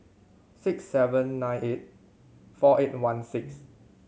six seven nine eight four eight one six